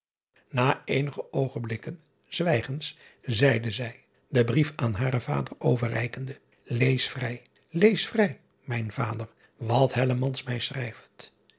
a eenige oogenblikken zwijgens zeide zij den brief aan haren vader overreikende ees vrij lees vrij mijn vader wat mij schrijft